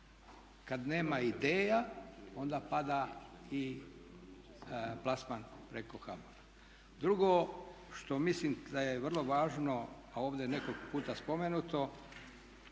Kad nema ideja, onda pada i plasman preko HBOR-a. Drugo što mislim da je vrlo važno, a ovdje nekoliko puta spomenuto